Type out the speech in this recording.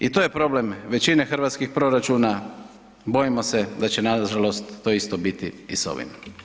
I to je problem većine hrvatskih proračuna, bojimo se da će nažalost to isto biti i sa ovim.